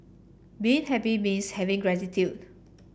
being happy means having gratitude